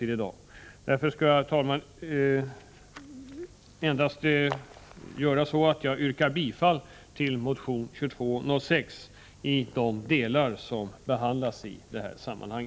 Därför skall jag, herr talman, inskränka mig till att yrka bifall till motion 2206 i de delar som behandlas i detta sammanhang.